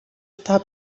está